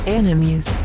enemies